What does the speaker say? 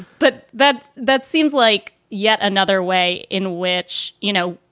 but that that seems like yet another way in which, you know,